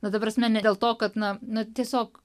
na ta prasme ne dėl to kad na na tiesiog